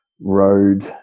road